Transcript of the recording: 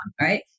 right